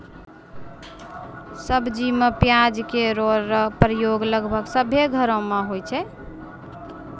सब्जी में प्याज केरो प्रयोग लगभग सभ्भे घरो म होय छै